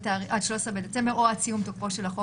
עד 13 בדצמבר או עד סיום תוקפו של החוק,